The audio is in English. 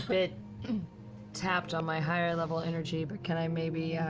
bit tapped on my higher-level energy, but can i maybe